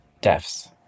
deaths